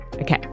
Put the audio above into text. Okay